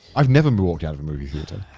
i've never walked out of a movie. hmm.